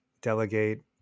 delegate